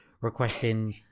requesting